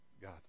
God